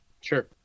sure